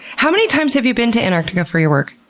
how many times have you been to antarctica for your work?